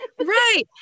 Right